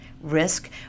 risk